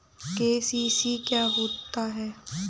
KCC क्या होता है?